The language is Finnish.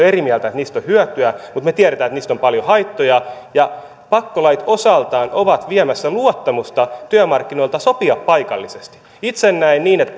eri mieltä että niistä on hyötyä mutta me tiedämme että niistä on paljon haittoja pakkolait osaltaan ovat viemässä luottamusta työmarkkinoilta sopia paikallisesti itse näen niin että